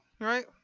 Right